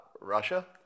Russia